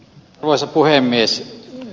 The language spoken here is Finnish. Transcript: arvoisa puhemies